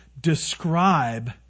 describe